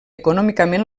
econòmicament